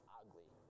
ugly